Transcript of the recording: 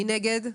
מי נגד?